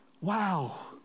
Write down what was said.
Wow